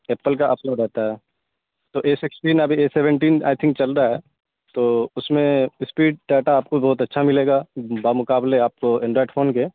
apple کا اپنا رہتا ہے تو اے سکسٹین ابھی اے سیونٹین آئی تھنک چل رہا ہے تو اس میں اسپیڈ ڈاٹا آپ کو بہت اچھا ملے گا با مقابلے آپ کو اینڈرائڈ فون کے